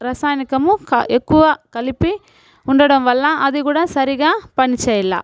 రసాయానికము క ఎక్కువగా కలిపి ఉండడం వల్ల అది కూడా సరిగా పనిచేయలే